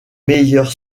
meilleurs